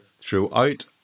throughout